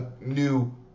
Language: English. new